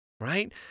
Right